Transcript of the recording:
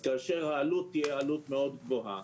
כאשר העלות תהיה עלות מאוד גבוהה,